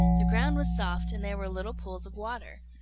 the ground was soft, and there were little pools of water.